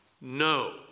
No